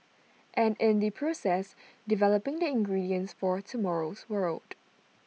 and in the process developing the ingredients for tomorrow's world